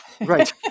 Right